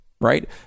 right